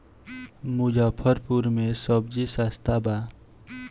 मुजफ्फरपुर में सबजी सस्ता बा